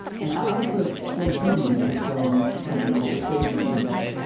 and out of the slow food movement has grown something called the slow cities movement,